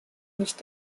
nicht